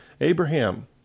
Abraham